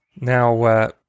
Now